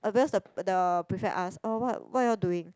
obvious the the prefect ask orh what what you all doing